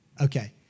okay